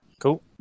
Cool